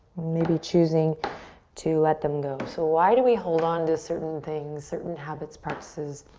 maybe choosing to let them go. so why do we hold on to certain things, certain habits, practices,